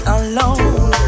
alone